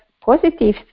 positive